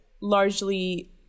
largely